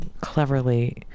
cleverly